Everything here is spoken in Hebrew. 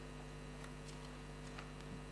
אתה מדבר למתים.